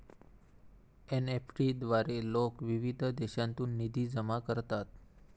NEFT द्वारे लोक विविध देशांतून निधी जमा करतात